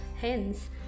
Hence